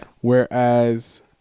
whereas